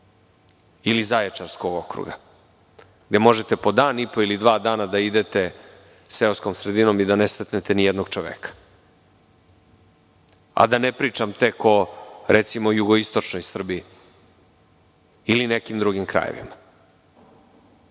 ili Zaječarskog okruga, gde možete dan i po ili dva dana da idete seoskom sredinom i da ne sretnete ni jednog čoveka. Da ne pričam tek o, recimo, jugoistočnoj Srbiji ili nekim drugim krajevima. Samo